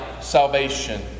salvation